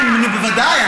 בוודאי.